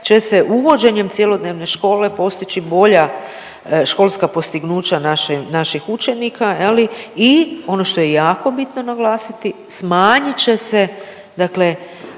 će se uvođenjem cjelodnevne škole postići bolja školska postignuća naših, naših učenika je li i ono što je jako bitno naglasiti, smanjit će se dakle